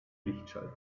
lichtschalter